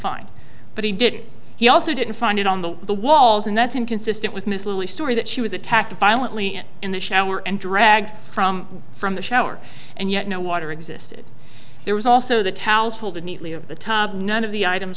find but he did he also didn't find it on the the walls and that's inconsistent with miss louise story that she was attacked violently and in the shower and dragged from from the shower and yet no water existed there was also the towels folded neatly of the tub none of the items